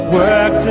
work